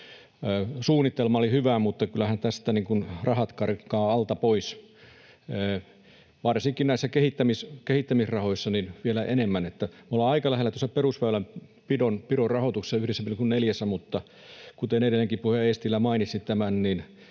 ‑suunnitelma oli hyvä, mutta kyllähän tästä rahat karkaavat alta pois, varsinkin näissä kehittämisrahoissa vielä enemmän. Me ollaan aika lähellä perusväylänpidon rahoituksessa, 1,4:ssä, mutta kuten edellinenkin puhuja Eestilä mainitsi tämän,